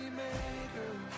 maker